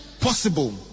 possible